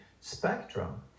spectrum